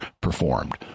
performed